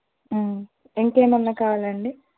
ఇంకేమైనా కావాలాండి